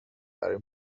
برای